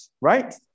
right